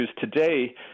today